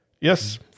Yes